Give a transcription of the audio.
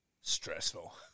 Stressful